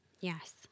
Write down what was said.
Yes